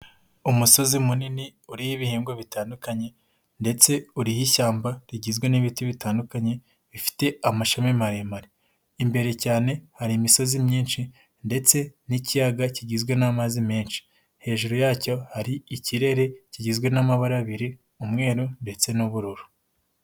Umusozi munini urimo ibihingwa bitandukanye ndetse uriho ishyamba rigizwe n'ibiti bitandukanye bifite amashami maremare imbere cyane hari imisozi myinshi ndetse n'ikiyaga kigizwe n'amazi menshi, hejuru yacyo hari ikirere kigizwe n'amabara abiri umweru ndetse n'ubururu.